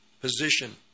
position